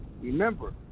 Remember